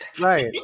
Right